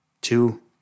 Two